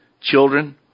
Children